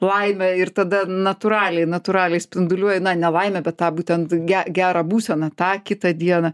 laimę ir tada natūraliai natūraliai spinduliuoji na ne laimę bet tą būtent gerą būseną tą kitą dieną